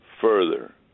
further